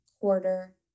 quarter